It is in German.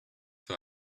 für